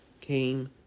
came